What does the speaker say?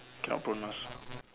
cannot pronounce